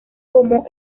como